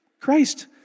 Christ